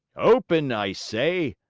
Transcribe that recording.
open! i say,